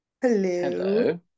Hello